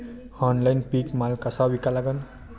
Online पीक माल कसा विका लागन?